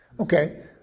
Okay